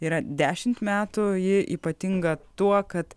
yra dešimt metų ji ypatinga tuo kad